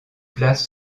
places